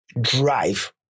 Drive